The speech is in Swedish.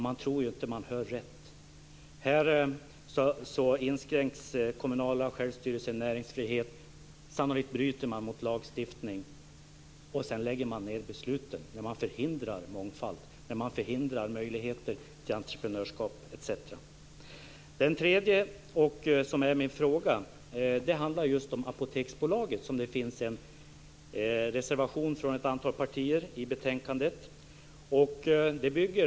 Jag tror inte att jag hör rätt! Här inskränks den kommunala självstyrelsen, näringsfrihet, och sannolikt bryter man mot lagstiftningen. Därefter läggs besluten ned, mångfald förhindras och möjligheter till entreprenörskap etc. För det tredje har vi min fråga. Den handlar om Apoteksbolaget. Det finns en reservation i betänkandet från ett antal partier.